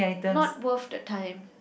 not worth the time